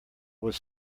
was